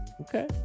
Okay